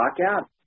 lockout